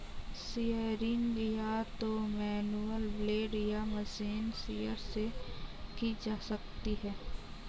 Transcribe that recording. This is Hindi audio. शियरिंग या तो मैनुअल ब्लेड या मशीन शीयर से की जा सकती है